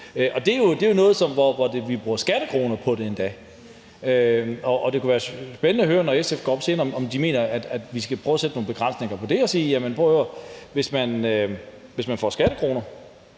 endda noget, hvor vi bruger skattekroner på det. Det kunne være spændende at høre, når SF's ordfører kommer herop senere, om de mener, vi skal prøve at sætte nogle begrænsninger på det og sige til de her